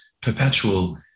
perpetual